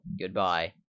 Goodbye